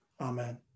Amen